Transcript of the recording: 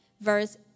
verse